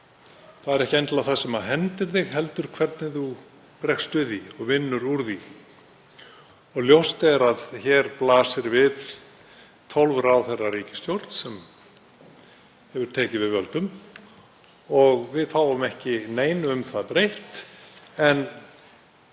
Það er ekki endilega það sem hendir þig heldur hvernig þú bregst við því og vinnur úr því. Ljóst er að hér blasir við 12 ráðherra ríkisstjórn sem hefur tekið við völdum og við fáum ekki neinu um það breytt.